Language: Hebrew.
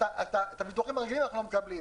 את הביטוחים הרגילים אנחנו לא מקבלים.